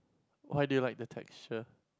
why do you like the texture